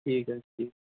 ٹھیک حظ چھُ ٹھیک